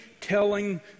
telling